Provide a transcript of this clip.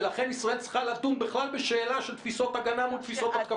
ולכן ישראל צריכה לדון בכלל בשאלה של תפיסות ההגנה מול תפיסות ההתקפה.